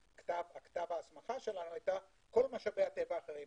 כתב ההסמכה שלנו היה: כל משאבי הטבע האחרים.